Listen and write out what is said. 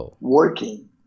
working-